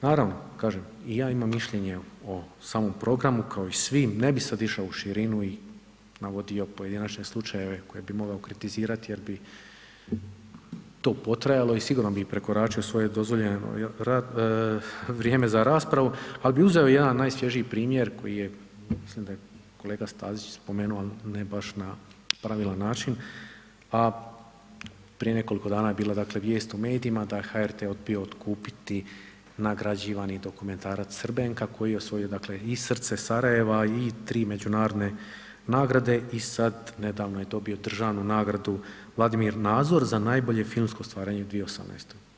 Naravno, kažem, i ja imam mišljenje o samom programu, kao i svi, ne bih sad išao u širinu i navodio pojedinačne slučajeve koje bi mogao kritizirati jer bi to potrajalo i sigurno bih prekoračio i svoje dozvoljeno vrijeme za raspravu, ali bih uzeo jedan najsvježiji primjer koji je, mislim da je kolega Stazić spomenuo, ali ne baš na pravilan način, a prije nekoliko dana je bila dakle, vijest u medijima, da je HRT odbio otkupiti nagrađivani dokumentarac Srbenka koji je, osvojio, dakle i Srce Sarajeva i 3 međunarodne nagrade i sad nedavno je dobio državnu nagradu Vladimir Nazor za najbolje filmsko ostvarenje u 2018.